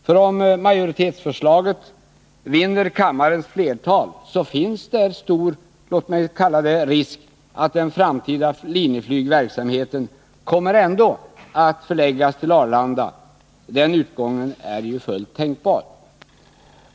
Ty om majoritetsförslaget vinner kammarens flertal, finns det stor risk — låt mig kalla det så — för att den framtida linjeflygverksamheten ändå kommer att förläggas till Arlanda. Den utgången är fullt tänkbar.